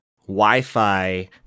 Wi-Fi